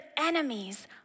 enemies